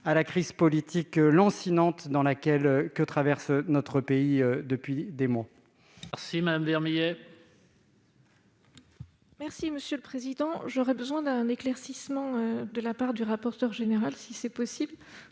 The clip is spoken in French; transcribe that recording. à la crise politique lancinante que traverse notre pays depuis des mois.